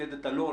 מפקדת אלון?